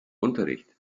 unterricht